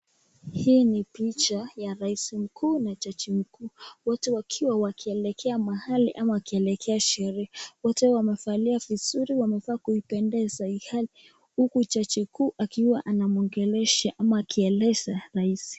Hii ni picha ya rais mkuu na jaji mkuu, wote wakiwa wakielekea mahali ama wakielekea sherehe. Wote wamevalia vizuri, wamevaa kuipendeza ilhali huku jaji mkuu akiwa anamwongelesha ama akieleza rais.